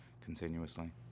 continuously